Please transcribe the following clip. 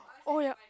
oh ya